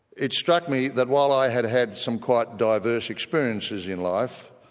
it struck me that while i had had some quite diverse experiences in life,